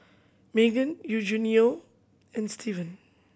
Maegan Eugenio and Stevan